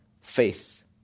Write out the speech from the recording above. faith